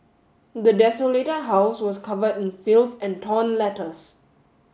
the desolated house was covered in filth and torn letters